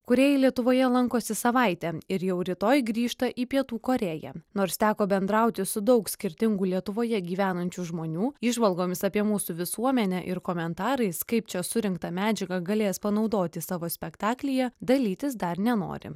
kūrėjai lietuvoje lankosi savaitę ir jau rytoj grįžta į pietų korėją nors teko bendrauti su daug skirtingų lietuvoje gyvenančių žmonių įžvalgomis apie mūsų visuomenę ir komentarais kaip čia surinktą medžiagą galės panaudoti savo spektaklyje dalytis dar nenori